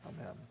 Amen